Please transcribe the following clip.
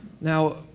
Now